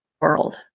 world